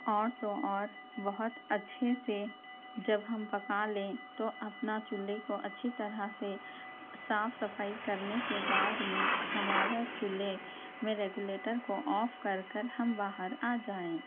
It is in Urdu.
اور تو اور بہت اچّھے سے جب ہم پکا لیں تو اپنا چولہے کو اچھی طرح سے صاف صفائی کرنے کے بعد میں ہمارے چولہے میں ریگولیٹر کو آف کر کر ہم باہر آ جائیں